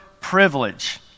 privilege